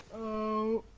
oh